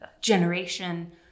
generation